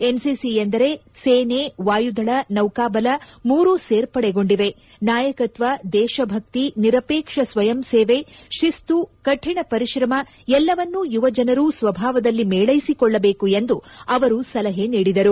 NCC ಎಂದರೆ ಸೇನೆ ವಾಯುದಳ ನೌಕಾಬಲ ಮೂರೂ ಸೇರ್ಪಡೆಗೊಂಡಿವೆ ನಾಯಕತ್ವ ದೇಶಭಕ್ತಿ ನಿರಪೇಕ್ಷ ಸ್ವಯಂ ಸೇವೆ ತಿಸ್ತು ಕಠಿಣ ಪರಿಶ್ರಮ ಎಲ್ಲವನ್ನೂ ಯುವಜನರು ಸ್ವಭಾವದಲ್ಲಿ ಮೇಳ್ಳೆಸಿಕೊಳ್ಳಬೇಕು ಎಂದು ಅವರು ಸಲಹೆ ನೀಡಿದರು